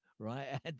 right